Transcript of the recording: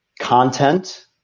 content